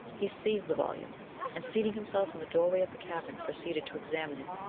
he seized the volume and, seating himself in the doorway of the cabin, proceeded to examine it.